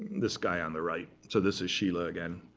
this guy on the right. so this is schiele ah again,